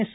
S